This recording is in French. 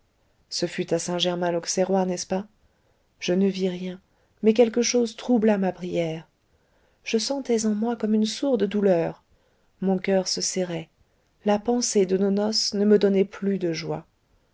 ce fut à saint germain lauxerrois n'est-ce pas je ne vis rien mais quelque chose troubla ma prière je sentais en moi comme une sourde douleur mon coeur se serrait la pensée de nos noces ne me donnait plus de joie